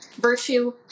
virtue